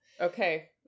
Okay